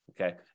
okay